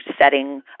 setting